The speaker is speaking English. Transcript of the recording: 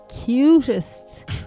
cutest